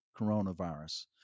coronavirus